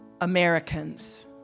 Americans